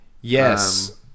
Yes